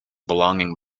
belonging